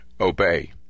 obey